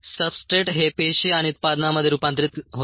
substrate हे पेशी आणि उत्पादनांमध्ये रूपांतरित होतात